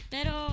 Pero